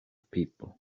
people